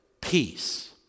peace